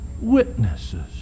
witnesses